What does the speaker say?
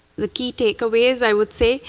the key take-aways, i would say,